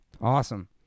Awesome